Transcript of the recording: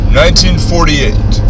1948